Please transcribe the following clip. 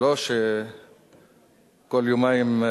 לא שכל יומיים,